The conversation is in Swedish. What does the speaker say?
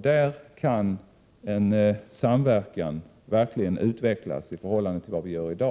Där kan en samverkan verkligen utvecklas i förhållande till vad som görs i dag — Prot.